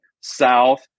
south